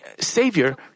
savior